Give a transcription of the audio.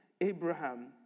Abraham